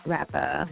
Rapper